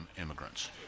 immigrants